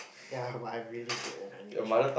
ya but I'm really good at my English eh